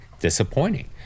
Disappointing